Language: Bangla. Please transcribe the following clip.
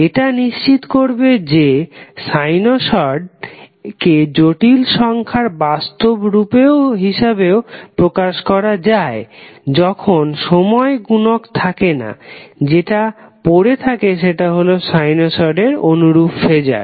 এটা নিশ্চিত করবে যে সাইনোসড কে জটিল সংখ্যার বাস্তব রূপ হিসাবেও প্রকাশ করা যায় যখন সময় গুনক থাকে না যেটা পরে থাকে সেটা হলো সাইনোসডের অনুরূপ ফেজার